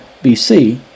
BC